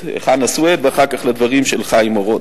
חנא סוייד ואחר כך על הדברים של חיים אורון.